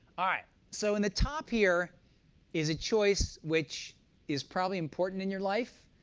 ah so in the top here is a choice which is probably important in your life.